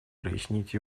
прояснить